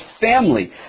family